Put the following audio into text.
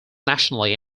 nationally